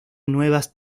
nuevas